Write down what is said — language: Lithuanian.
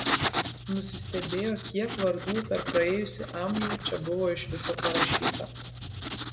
nusistebėjo kiek vardų per praėjusį amžių čia buvo iš viso parašyta